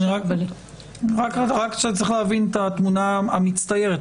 צריך להבין את התמונה המצטיירת.